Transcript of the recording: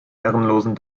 herrenlosen